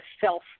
self